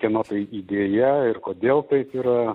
kieno tai idėja ir kodėl taip yra